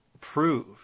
prove